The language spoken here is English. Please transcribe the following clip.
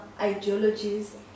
ideologies